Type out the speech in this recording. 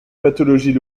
pathologies